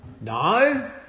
No